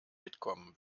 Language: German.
mitkommen